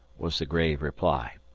was the grave reply.